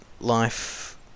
life